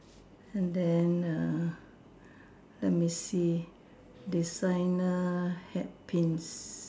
and then err let me see designer hat Pins